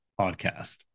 podcast